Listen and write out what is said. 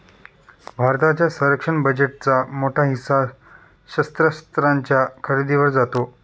भारताच्या संरक्षण बजेटचा मोठा हिस्सा शस्त्रास्त्रांच्या खरेदीवर जातो